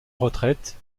retraite